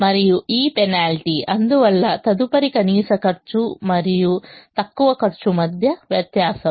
మరియు ఈ పెనాల్టీ అందువల్ల తదుపరి కనీస ఖర్చు మరియు తక్కువ ఖర్చు మధ్య వ్యత్యాసం